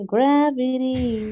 Gravity